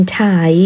Thai